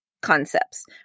concepts